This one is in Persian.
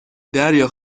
دریا